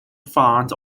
fond